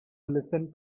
listen